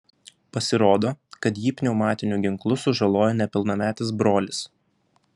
pasirodo kad jį pneumatiniu ginklu sužalojo nepilnametis brolis